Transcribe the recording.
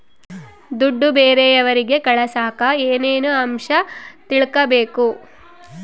ದುಡ್ಡು ಬೇರೆಯವರಿಗೆ ಕಳಸಾಕ ಏನೇನು ಅಂಶ ತಿಳಕಬೇಕು?